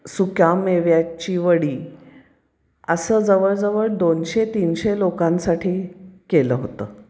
सुक्यामेव्याची वडी असं जवळजवळ दोनशे तीनशे लोकांसाठी केलं होतं